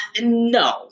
No